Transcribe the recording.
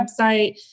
website